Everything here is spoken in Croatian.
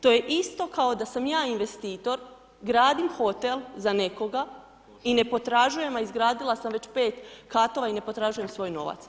To je isto kao da sam ja investitor, gradim hotel za nekoga i ne potražujem, a izgradila sam već 5 katova, i ne potražujem svoj novac.